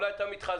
אולי אתה מתחזה.